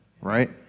right